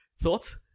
Thoughts